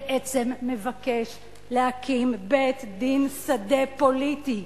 בעצם מבקש להקים בית-דין שדה פוליטי.